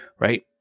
right